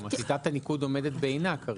כלומר, שיטת הניקוד כרגע עומדת בעינה.